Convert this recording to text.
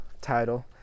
title